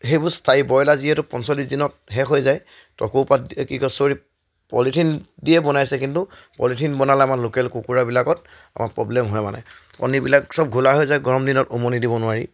সেইবোৰ স্থায়ী ব্ৰইলাৰ যিহেতু পঞ্চল্লিছ দিনত শেষ হৈ যায় টকো পাত কি কয় ছ'ৰি পলিথিন দিয়ে বনাইছে কিন্তু পলিথিন বনালে আমাৰ লোকেল কুকুৰাবিলাকত আমাক প্ৰব্লেম হয় মানে কণীবিলাক চব ঘোলা হৈ যায় গৰম দিনত উমনি দিব নোৱাৰি